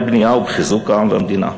בבנייה ובחיזוק העם והמדינה.